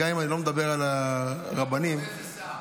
גם אם אני לא מדבר על הרבנים --- כבוד איזה שר?